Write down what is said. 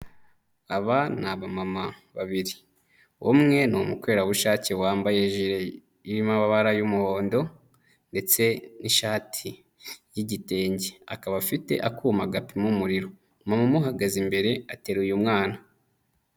Aba ni abamama babiri. Umwe ni umukorerabushake wambaye ijire irimo amabara y'umuhondo ndetse n'ishati y'igitenge, akaba afite akuma gapima umuriro, umumama umuhagaze imbere ateruye umwana.